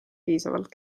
piisavalt